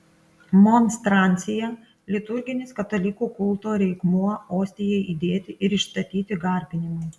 monstrancija liturginis katalikų kulto reikmuo ostijai įdėti ir išstatyti garbinimui